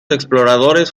exploradores